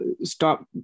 stop